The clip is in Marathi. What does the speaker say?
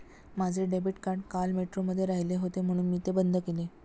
माझे डेबिट कार्ड काल मेट्रोमध्ये राहिले होते म्हणून मी ते बंद केले